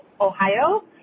Ohio